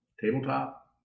tabletop